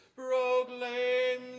proclaim